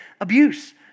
Abuse